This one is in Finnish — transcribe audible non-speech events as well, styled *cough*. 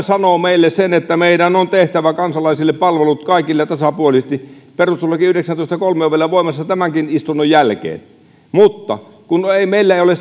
*unintelligible* sanoo meille sen että meidän on tehtävä kaikille kansalaisille palvelut tasapuolisesti perustuslain yhdeksännentoista pykälän kolmas momentti on voimassa vielä tämänkin istunnon jälkeen mutta kun ei meillä ole *unintelligible*